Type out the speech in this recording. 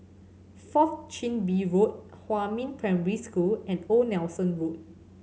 Fourth Chin Bee Road Huamin Primary School and Old Nelson Road